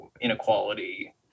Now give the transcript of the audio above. inequality